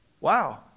wow